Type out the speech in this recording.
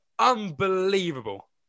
unbelievable